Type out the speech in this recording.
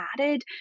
added